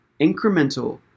incremental